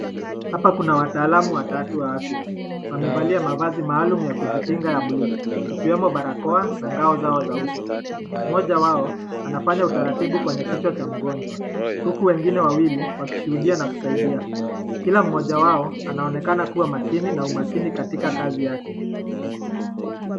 Hapa kuna wataalamu watatu wa afya, wamevalia mavazi maalum ya kujikinga ya blue ,ikiwemo barakoa na ngao zao za uso, mmoja wao anafanya utaratibu kwenye kichwa cha mgonjwa, huku wengine wawili wakishuhudia na kusaidia, kila mmoja wao anaonekana kuwa makini na umakini katika kazi yake.